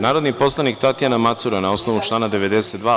Narodni poslanik Tatjana Macura, na osnovu člana 92.